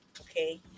okay